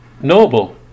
noble